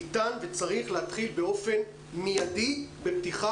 ניתן וצריך להתחיל באופן מיידי בפתיחה